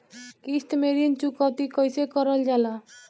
किश्त में ऋण चुकौती कईसे करल जाला?